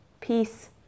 Peace